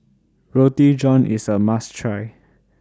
Roti John IS A must Try